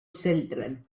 children